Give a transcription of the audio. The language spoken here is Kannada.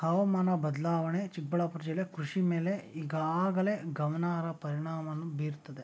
ಹವಾಮಾನ ಬದಲಾವಣೆ ಚಿಕ್ಕಬಳ್ಳಾಪುರ ಜಿಲ್ಲೆ ಕೃಷಿ ಮೇಲೆ ಈಗಾಗಲೇ ಗಮನಾರ್ಹ ಪರಿಣಾಮವನ್ನು ಬೀರ್ತದೆ